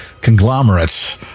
conglomerates